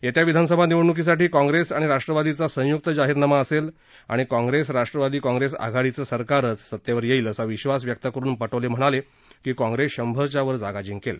येत्या विधानसभा निवडण्कीसाठी काँग्रेस आणि राष्ट्रवादीचा संय्क्त जाहीरनामा असेल आणि काँग्रेस राष्ट्रवादी काँग्रेस आघाडीचं सरकारच सतेवर येईल असा विश्वास व्यक्त करून पटोले म्हणाले की काँग्रेस शंभरच्यावर जागा जिंकेल